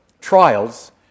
trials